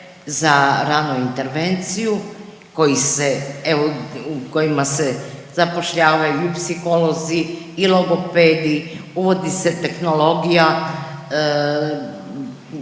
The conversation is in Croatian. za ranu intervenciju koji se, evo, u kojima se zapošljavaju i psiholozi i logopedi, uvodi se tehnologija,